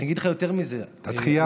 אגיד לך יותר מזה, היושב-ראש.